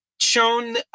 shown